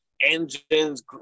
engines